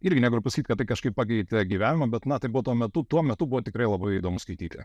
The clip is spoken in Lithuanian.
irgi negaliu pasakyti kad tai kažkaip pakeitė gyvenimą bet na tai buvo tuo metu tuo metu buvo tikrai labai įdomu skaityti